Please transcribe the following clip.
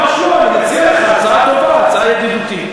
ממש לא, אני מציע לך הצעה טובה, הצעה ידידותית.